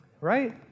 Right